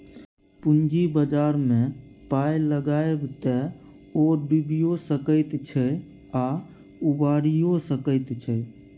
पूंजी बाजारमे पाय लगायब तए ओ डुबियो सकैत छै आ उबारियौ सकैत छै